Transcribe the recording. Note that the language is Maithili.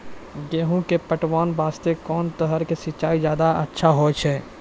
गेहूँ के पटवन वास्ते कोंन तरह के सिंचाई ज्यादा अच्छा होय छै?